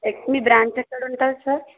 ఎక్ మీ బ్రాంచ్ ఎక్కడ ఉంటది సార్